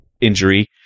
injury